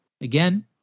again